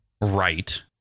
right